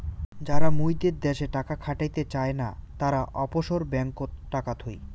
যারা মুইদের দ্যাশে টাকা খাটাতে চায় না, তারা অফশোর ব্যাঙ্ককোত টাকা থুই